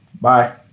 Bye